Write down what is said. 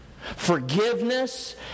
forgiveness